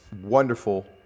wonderful